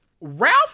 Ralph